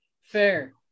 Fair